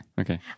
Okay